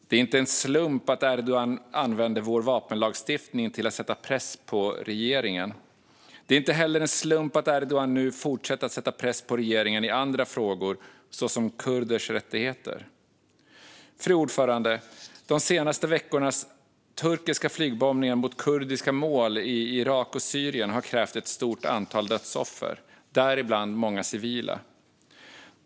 Det är inte en slump att Erdogan använder vår vapenlagstiftning till att sätta press på regeringen. Det är inte heller en slump att han nu fortsätter att sätta press på regeringen i andra frågor, såsom kurders rättigheter. Fru talman! De senaste veckornas turkiska flygbombningar mot kurdiska mål i Irak och Syrien har krävt ett stort antal dödsoffer, däribland många civila.